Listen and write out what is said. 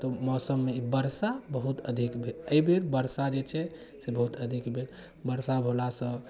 तऽ मौसममे बर्षा बहुत अधिक भेल अछि बर्षा जे छै से बहुत अधिक भेल बर्षा होला सँ